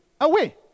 away